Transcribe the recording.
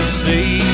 see